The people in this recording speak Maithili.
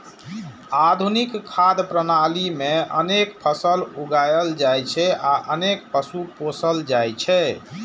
आधुनिक खाद्य प्रणाली मे अनेक फसल उगायल जाइ छै आ अनेक पशु पोसल जाइ छै